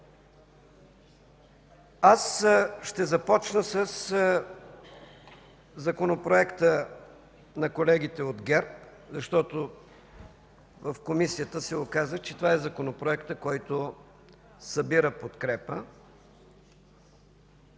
Аз ще започна със Законопроекта на колегите от ГЕРБ, защото в Комисията се оказа, че това е Законопроектът, който събира подкрепа,